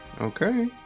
Okay